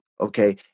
Okay